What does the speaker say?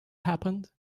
happened